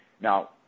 Now